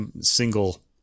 single